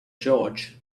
george